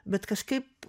bet kažkaip